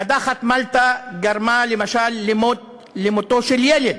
קדחת מלטה גרמה, למשל, למותו של ילד,